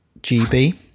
GB